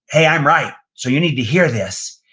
hey, i'm right. so you need to hear this.